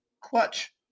clutch